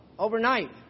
Overnight